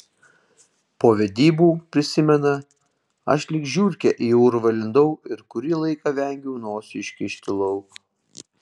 po vedybų prisimena aš lyg žiurkė į urvą įlindau ir kurį laiką vengiau nosį iškišti lauk